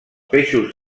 peixos